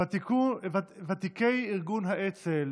ותיקי ארגון האצ"ל